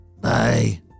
Bye